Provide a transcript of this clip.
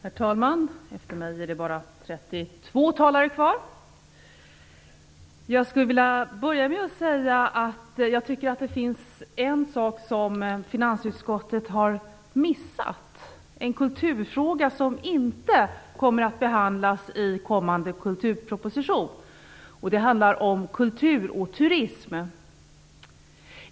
Herr talman! Efter mig är det bara 32 talare kvar. Jag skulle vilja börja med att säga att jag tycker att det finns en sak som finansutskottet har missat, en kulturfråga som inte kommer att behandlas i kommande kulturproposition. Den handlar om kultur och turism.